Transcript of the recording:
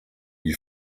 you